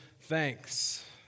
thanks